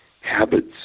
habits